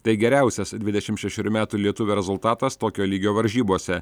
tai geriausias dvidešimt šešerių metų lietuvio rezultatas tokio lygio varžybose